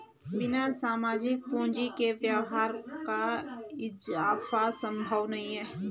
बिना सामाजिक पूंजी के व्यापार का इजाफा संभव नहीं है